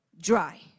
dry